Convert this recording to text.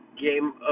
game